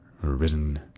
risen